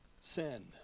sin